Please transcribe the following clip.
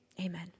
Amen